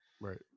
Right